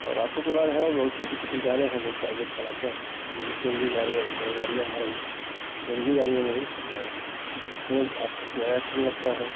और ऑटो के बाद है बहुत छोटी छोटी कारें हैं जो प्राइवेट चलाते हैं जो भी सी एन जी कारें गाड़ियाँ आ रही हैं सी एन जी गाड़ियों में ही फ़ायदा है उसमें आपका किराया कम लगता है